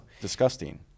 disgusting